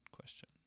question